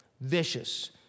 vicious